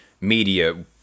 Media